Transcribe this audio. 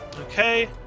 Okay